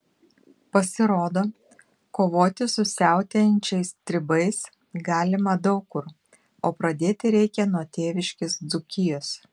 pasirodo kovoti su siautėjančiais stribais galima daug kur o pradėti reikia nuo tėviškės dzūkijos